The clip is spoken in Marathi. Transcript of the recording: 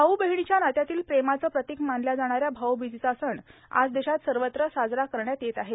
भाऊ बहिणीच्या नात्यातील प्रेमाचं प्रतीक मानल्या जाणाऱ्या भाऊबीजेचा सण आज देशात सर्वत्र साजरा करण्यात येत आहे